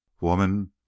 Woman